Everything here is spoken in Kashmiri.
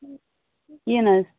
کہیٖنٛۍ نہٕ حظ